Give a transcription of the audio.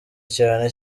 cyane